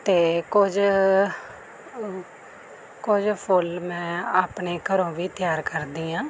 ਅਤੇ ਕੁਝ ਕੁਝ ਫੁੱਲ ਮੈਂ ਆਪਣੇ ਘਰੋਂ ਵੀ ਤਿਆਰ ਕਰਦੀ ਹਾਂ